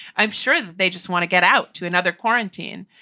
i'm sure they just want to get out to another quarantine.